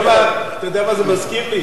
אתה יודע מה זה מזכיר לי?